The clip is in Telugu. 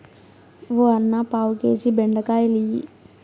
ఓ అన్నా, పావు కేజీ బెండకాయలియ్యి